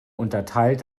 unterteilt